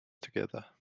together